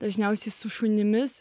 dažniausiai su šunimis